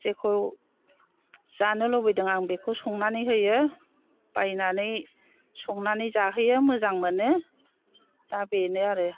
जेखौ जानो लुबैदों आं बेखौ संनानै होयो बायनानै संनानै जाहोयो मोजां मोनो दा बेनो आरो